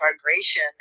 vibration